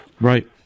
Right